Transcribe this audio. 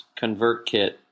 ConvertKit